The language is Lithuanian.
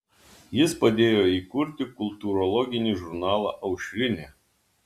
jis padėjo įkurti kultūrologinį žurnalą aušrinė